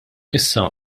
issa